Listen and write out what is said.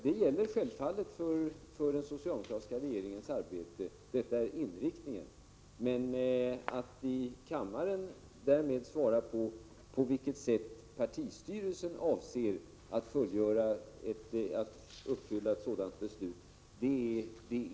Det gäller självfallet för den socialdemokratiska regeringens arbete att detta är inriktningen. Men det är inte rätt tillfälle att här i kammaren svara på hur partistyrelsen avser att uppfylla ett sådant beslut.